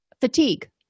fatigue